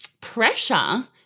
pressure